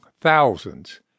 thousands